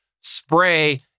spray